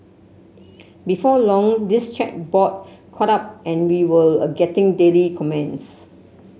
before long this chat board caught on and we were are getting daily comments